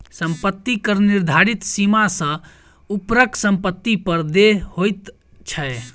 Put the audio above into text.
सम्पत्ति कर निर्धारित सीमा सॅ ऊपरक सम्पत्ति पर देय होइत छै